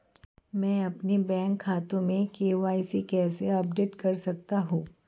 मैं अपने बैंक खाते में के.वाई.सी कैसे अपडेट कर सकता हूँ?